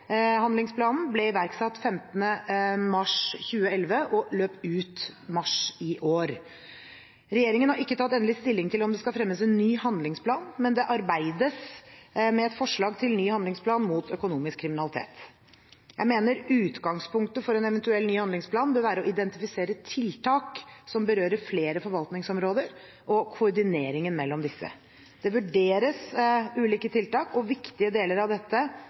handlingsplanen ble iverksatt 15. mars 2011 og løp ut mars i år. Regjeringen har ikke tatt endelig stilling til om det skal fremmes en ny handlingsplan, men det arbeides med et forslag til en ny handlingsplan mot økonomisk kriminalitet. Jeg mener utgangspunktet for en eventuell ny handlingsplan bør være å identifisere tiltak som berører flere forvaltningsområder, og koordineringen mellom disse. Det vurderes ulike tiltak, og viktige deler av dette